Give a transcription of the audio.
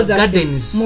gardens